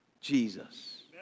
Jesus